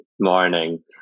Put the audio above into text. morning